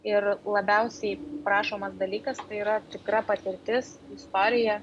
ir labiausiai prašomas dalykas tai yra tikra patirtis istorija